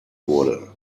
wurde